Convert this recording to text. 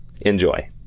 Enjoy